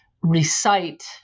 recite